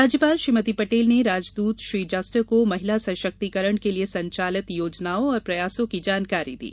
राज्यपाल श्रीमती पटेल ने राजदूत श्री जस्टर को महिला सशक्तिकरण के लिए संचालित योजनाओं और प्रयासों की जानकारी दी